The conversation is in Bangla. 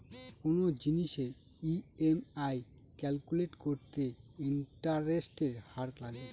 কোনো জিনিসের ই.এম.আই ক্যালকুলেট করতে ইন্টারেস্টের হার লাগে